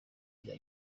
bya